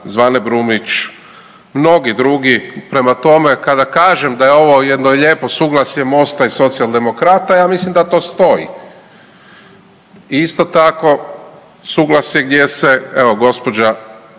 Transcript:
Zvane Brumnić, mnogi drugi prema tome kada kažem da je ovo jedno lijepo suglasje MOST-a i Socijaldemokrata, ja mislim da to stoji. Isto tako, suglasje gdje se gospođa